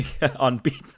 Unbeaten